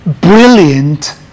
brilliant